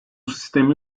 sistemi